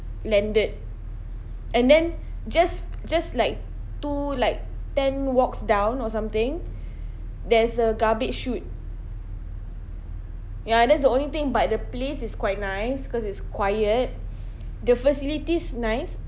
landed and then just just like two like ten walks down or something there's a garbage chute ya that's the only thing but the place is quite nice cause it's quiet the facilities nice